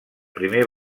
primer